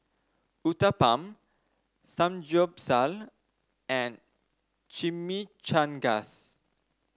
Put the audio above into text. Uthapam Samgyeopsal and Chimichangas